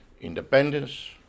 independence